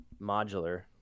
modular